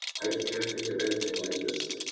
i can't think of anything like this.